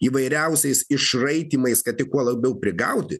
įvairiausiais išraitymais kad tik kuo labiau prigauti